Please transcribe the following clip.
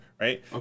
right